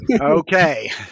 Okay